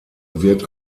wird